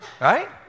right